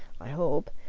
i hope,